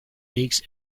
leagues